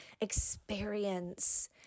experience